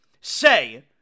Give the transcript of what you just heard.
say